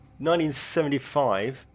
1975